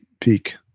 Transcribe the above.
peak